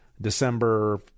December